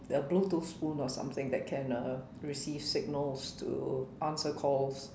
a bluetooth spoon or something that can uh receive signals to answer calls